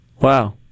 Wow